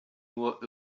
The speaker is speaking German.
nur